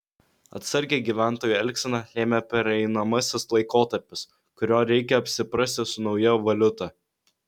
atsargią gyventojų elgseną lėmė pereinamasis laikotarpis kurio reikia apsiprasti su nauja valiuta